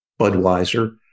Budweiser